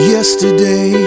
Yesterday